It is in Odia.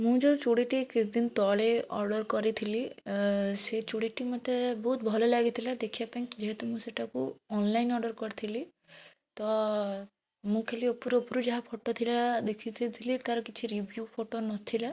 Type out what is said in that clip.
ମୁଁ ଯେଉଁ ଚୁଡ଼ିଟି କିଛିଦିନ ତଳେ ଅର୍ଡ଼ର କରିଥିଲି ସେ ଚୁଡ଼ିଟି ମୋତେ ବହୁତ ଭଲ ଲାଗିଥିଲା ଦେଖିବା ପାଇଁ କି ଯେହେତୁ ମୁଁ ସେଇଟାକୁ ଅନଲାଇନ୍ ଅର୍ଡ଼ର କରିଥିଲି ତ ମୁଁ ଖାଲି ଉପରୁ ଉପରୁ ଯାହା ଫଟୋ ଥିଲା ଦେଖି ଦେଇଥିଲି ତା'ର କିଛି ରିଭ୍ୟୁ ଫଟୋ ନଥିଲା